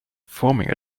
forming